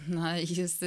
na jis